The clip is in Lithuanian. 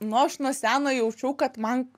nu aš nuo seno jaučiau kad man